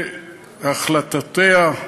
אלה החלטותיה,